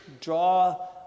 Draw